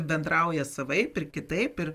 bendrauja savaip ir kitaip ir